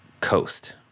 coast